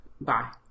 Bye